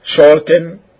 shorten